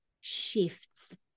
shifts